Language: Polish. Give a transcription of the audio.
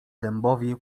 dębowi